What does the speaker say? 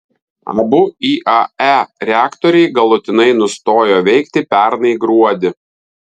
abu iae reaktoriai galutinai nustojo veikti pernai gruodį